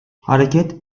hareket